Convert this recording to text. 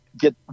get